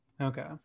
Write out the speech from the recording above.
okay